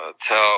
tell